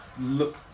look